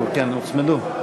התשע"ג 2013,